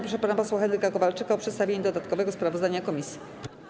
Proszę pana posła Henryka Kowalczyka o przedstawienie dodatkowego sprawozdania komisji.